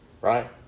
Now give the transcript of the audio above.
Right